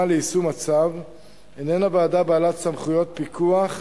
ליישום הצו איננה ועדה בעלת סמכויות פיקוח,